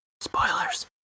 Spoilers